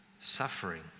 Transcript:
suffering